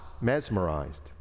mesmerized